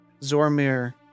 Zormir